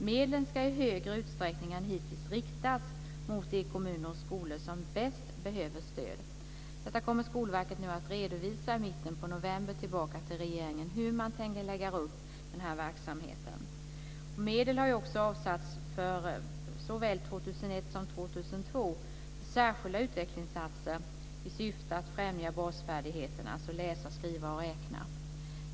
Medlen ska i större utsträckning än hittills riktas mot de kommuner och skolor som bäst behöver stöd. Skolverket kommer i mitten på november att redovisa för regeringen hur man tänker lägga upp denna verksamhet. Medel har också avsatts för såväl 2001 som 2002 för särskilda utvecklingsinsatser i syfte att främja basfärdigheterna, dvs. att läsa, skriva och räkna.